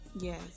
Yes